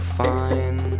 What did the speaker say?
fine